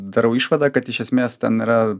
darau išvadą kad iš esmės ten yra